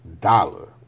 dollar